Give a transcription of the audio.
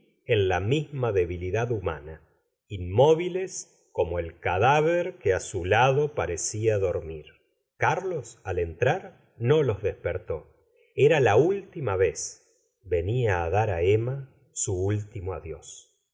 en la misma debilidad humana inmóviles como el cadáver que á su lado parecía dormir carlos al entrar no los despertó era la última vez venia á dar á emma su último adiós